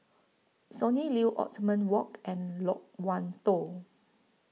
Sonny Liew Othman Wok and Loke Wan Tho